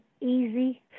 Easy